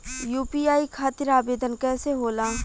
UPI खातिर आवेदन कैसे होला?